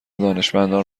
دانشمندان